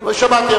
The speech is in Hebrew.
שמעתי.